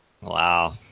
Wow